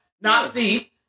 Nazi